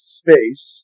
space